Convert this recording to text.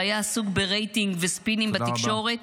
שהיה עסוק ברייטינג וספינים בתקשורת.